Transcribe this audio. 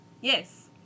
Yes